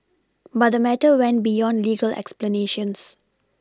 but the matter went beyond legal explanations